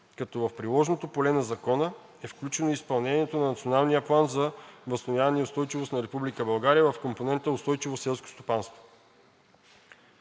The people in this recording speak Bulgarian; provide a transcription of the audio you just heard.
като в приложното поле на Закона е включено изпълнението на Националния план за възстановяване и устойчивост на Република България в компонент „Устойчиво селско стопанство“.